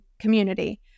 community